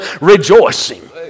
rejoicing